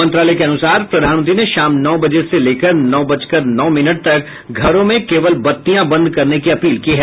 मंत्रालय के अनुसार प्रधानमंत्री ने शाम नौ बजे से लेकर नौ बजकर नौ मिनट तक घरों में केवल बत्तियां बंद करने की अपील की है